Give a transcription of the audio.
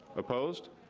opposed,